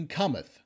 cometh